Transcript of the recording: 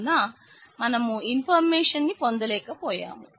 కావున మనం ఇన్ఫర్మేషన్ ను పొందలేక పోయాం